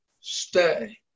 stay